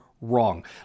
wrong